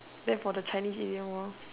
then for the Chinese idiom hor